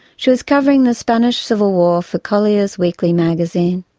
she was covering the spanish civil war for collier's weekly magazine.